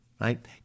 right